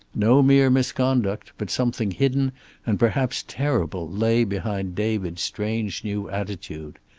no mere misconduct, but something hidden and perhaps terrible lay behind david's strange new attitude.